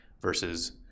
versus